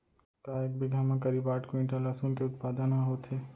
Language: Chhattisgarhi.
का एक बीघा म करीब आठ क्विंटल लहसुन के उत्पादन ह होथे?